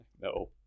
No